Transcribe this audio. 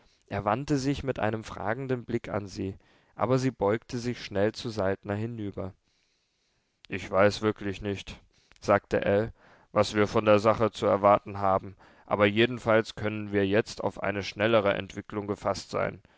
er wandte sich mit einem fragenden blick an sie aber sie beugte sich schnell zu saltner hinüber ich weiß wirklich nicht sagte ell was wir von der sache zu erwarten haben aber jedenfalls können wir jetzt auf eine schnellere entwicklung gefaßt sein